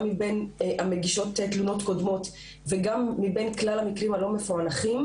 גם מבין המגישות תלונות קודמות וגם מבין כלל המקרים הלא מפוענחים,